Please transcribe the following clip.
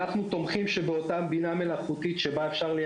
אנחנו אומרים שבאותה הבינה המלאכותית שמשתמשים בה כדי